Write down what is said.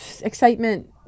excitement